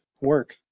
work